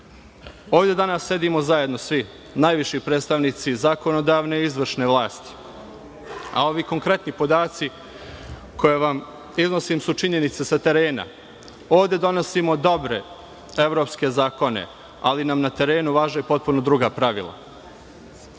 Ovde danas sedimo svi, najviši predstavnici zakonodavne i izvršne vlasti, a ovi konkretni podaci koje vam iznosim su činjenice sa terena. Ovde donosimo dobre evropske zakone, ali nam na terenu važe potpuno druga pravila. Ovako